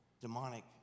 demonic